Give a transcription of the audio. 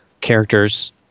characters